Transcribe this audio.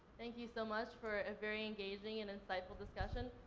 thank you so much for a very engaging and insightful discussion.